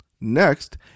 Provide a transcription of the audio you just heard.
Next